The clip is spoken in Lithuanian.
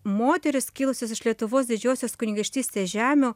moterys kilusios iš lietuvos didžiosios kunigaikštystės žemių